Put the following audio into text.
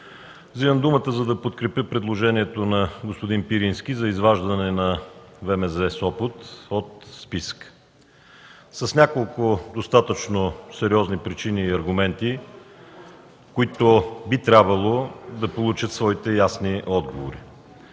Вземам думата, за да подкрепя предложението на господин Пирински за изваждане на ВМЗ – Сопот от Забранителния списък, с няколко достатъчно сериозни причини и аргументи, които би трябвало да получат своите ясни отговори.